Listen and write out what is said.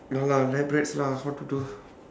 ya lah lab rats lah how to do